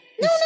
No